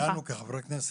אלינו כחברי כנסת,